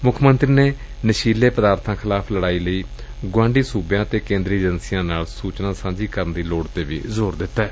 ਮੁੱਖ ਮੰਤਰੀ ਨੇ ਨਸ਼ੀਲੇ ਪਦਾਰਬਾਂ ਖਿਲਾਫ਼ ਲੜਾਈ ਲਈ ਗੁਆਂਢੀ ਸੁਬਿਆਂ ਅਤੇ ਕੇਂਦਰੀ ਏਜੰਸੀਆਂ ਨਾਲ ਸੁਚਨਾ ਸਾਂਝੀ ਕਰਨ ਦੀ ਲੋੜ ਤੇ ਵੀ ਜ਼ੋਰ ਦਿੱਤੈ